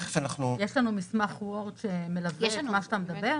יש לנו מסמך וורד שמלווה את מה שאתה מדבר,